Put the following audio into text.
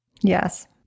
Yes